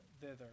thither